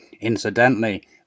Incidentally